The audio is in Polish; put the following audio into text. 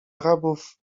arabów